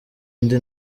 undi